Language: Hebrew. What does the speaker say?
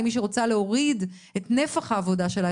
למי שרוצה להוריד את נפח העבודה שלה.